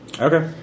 Okay